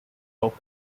rock